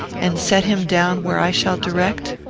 and set him down where i shall direct?